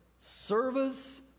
service